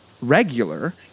regular